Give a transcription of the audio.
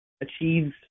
achieve